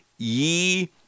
ye